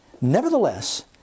Nevertheless